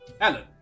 Alan